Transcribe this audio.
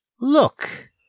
Look